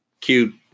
cute